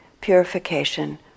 purification